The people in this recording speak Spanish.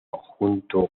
junto